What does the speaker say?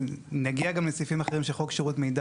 כשנגיע לסעיפים אחרים של חוק שירות המידע